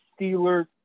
Steelers